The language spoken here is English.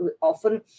often